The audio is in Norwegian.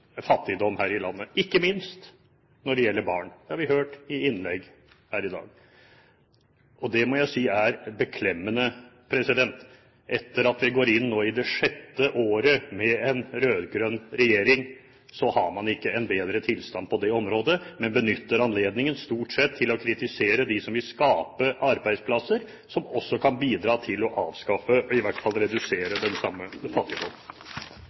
fattigdom her i landet, ikke minst når det gjelder barn. Det har vi hørt i innlegg her i dag. Det må jeg si er beklemmende. Etter at vi nå går inn i det sjette året med en rød-grønn regjering, har man ikke en bedre tilstand på det området, men benytter anledningen til stort sett å kritisere dem som vil skape arbeidsplasser som også kan bidra til å avskaffe eller i hvert fall redusere den samme